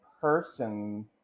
person